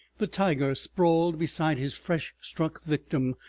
the tiger sprawled beside his fresh-struck victim,